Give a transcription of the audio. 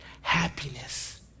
happiness